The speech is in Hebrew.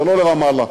ולא לרמאללה,